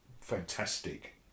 fantastic